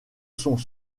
sont